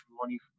money